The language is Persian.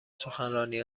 سخنرانی